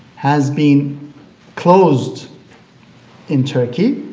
has been closed in turkey,